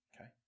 okay